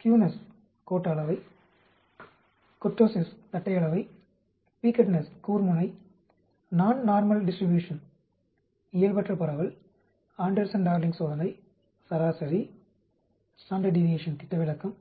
முக்கிய சொற்கள் இயல்நிலை சோதனை பரவல் வகைகள் கோட்ட அளவை தட்டை அளவை கூர்முனை இயல்பற்ற பரவல் ஆண்டெர்சன் டார்லிங் சோதனை சராசரி திட்டவிலக்கம்